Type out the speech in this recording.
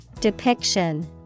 Depiction